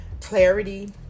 clarity